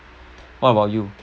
what about you